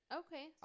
okay